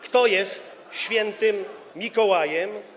Kto jest Świętym Mikołajem?